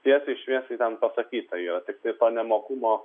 tiesiai šviesiai ten pasakyta yra tiktai to nemokumo